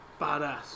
badass